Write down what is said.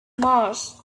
most